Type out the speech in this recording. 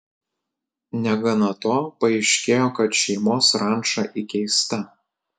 negana to paaiškėjo kad šeimos ranča įkeista